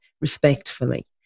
respectfully